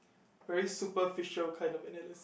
very superficial kind of analysis